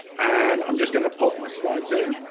and um just going to pull up my slides here,